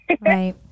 Right